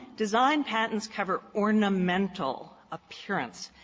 design patents cover ornamental appearance.